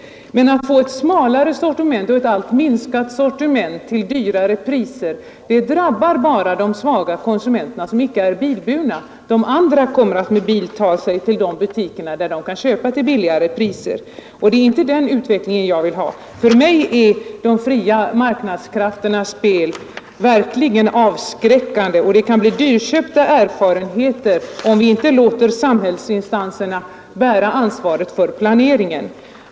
Men ett smalare och alltmer minskat sortiment till högre priser drabbar bara de svaga konsumenterna, som icke är bilburna. De andra kommer att med bil ta sig till de butiker där de kan köpa till billigare priser. Det är inte den utvecklingen jag vill ha. För mig är de fria marknadskrafternas spel verkligen avskräckande, och det kan bli dyrköpta erfarenheter om vi inte låter samhällsinstanserna bära ansvaret för planeringen.